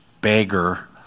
beggar